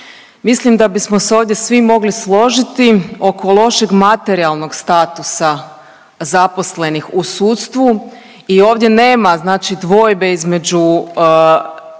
mislim da bismo se ovdje svi mogli složiti oko lošeg materijalnog statusa zaposlenih u sudstvu i ovdje nema znači dvojbe između